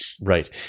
Right